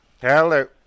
Hello